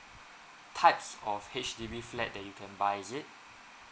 types of H_D_B flat that you can buy is it